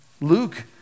Luke